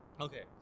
Okay